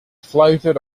floated